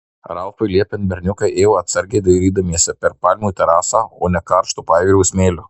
ralfui liepiant berniukai ėjo atsargiai dairydamiesi per palmių terasą o ne karštu pajūrio smėliu